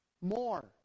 More